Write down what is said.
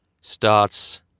starts